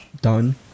done